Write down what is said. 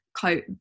coat